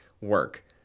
work